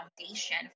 foundation